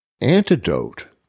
antidote